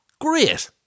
great